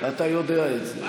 אתה יודע את זה.